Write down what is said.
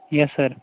yes sir